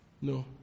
No